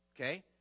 Okay